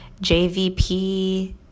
jvp